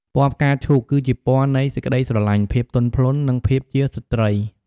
ពណ៌ផ្កាឈូក គឺជាពណ៌នៃ សេចក្ដីស្រឡាញ់ ភាពទន់ភ្លន់ និង ភាពជាស្ត្រី។